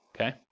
okay